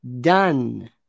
done